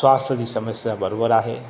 स्वास्थ्य जी समस्या बराबरि आहे